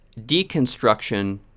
deconstruction